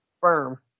firm